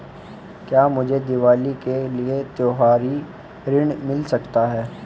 क्या मुझे दीवाली के लिए त्यौहारी ऋण मिल सकता है?